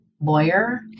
lawyer